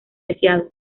deseado